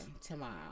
tomorrow